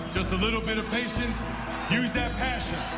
just a little bit of patience use that passion